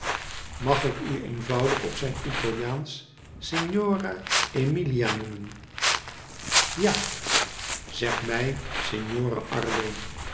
mag ik u eenvoudig op zijn italiaansch signora emilia noemen ja zeg mij